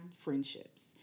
Friendships